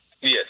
Yes